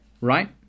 right